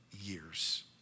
years